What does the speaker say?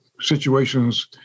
situations